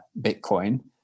Bitcoin